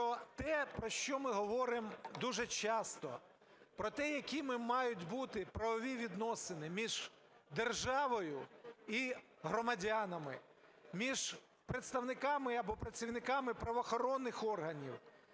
про те, про що ми говоримо дуже часто. Про те, якими мають бути правові відносини між державою і громадянами, між представниками або працівниками правоохоронних органів,